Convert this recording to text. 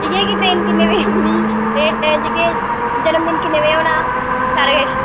इ'यै कि ट्रेन किन्ने बजे औनी एह् जेह्के जन्मदिन किन्ने बजे होना सारा किश